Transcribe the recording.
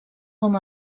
com